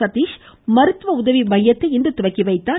சதீஷ் மருத்துவ உதவி மையத்தை இன்று துவக்கி வைத்தார்